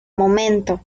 momento